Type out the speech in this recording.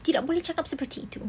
tidak boleh cakap seperti itu